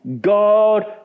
God